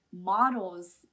models